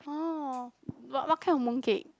oh but what kind of mooncake